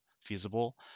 feasible